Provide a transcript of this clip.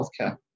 healthcare